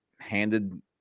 handed